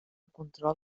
control